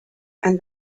and